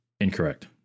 Incorrect